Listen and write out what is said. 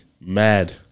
mad